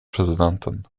presidenten